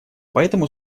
поэтому